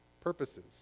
purposes